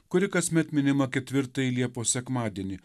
kuri kasmet minima ketvirtąjį liepos sekmadienį